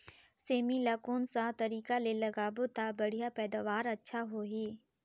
सेमी ला कोन सा तरीका ले लगाबो ता बढ़िया पैदावार अच्छा होही?